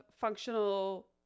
functional